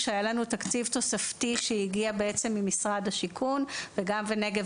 כשהיה לנו תקציב תוספתי שהגיע בעצם ממשרד השיכון וגם מהנגב